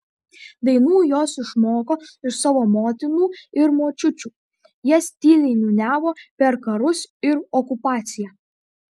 dainų jos išmoko iš savo motinų ir močiučių jas tyliai niūniavo per karus ir okupaciją